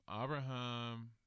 Abraham